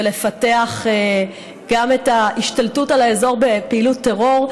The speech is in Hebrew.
ולפתח גם את ההשתלטות על האזור בפעילות טרור,